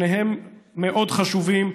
שניהם, מאוד חשובים.